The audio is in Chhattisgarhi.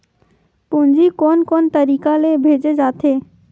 पूंजी कोन कोन तरीका ले भेजे जाथे?